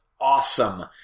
awesome